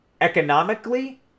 economically